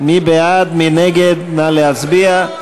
לא צריך להצביע.